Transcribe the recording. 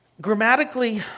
Grammatically